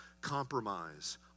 compromise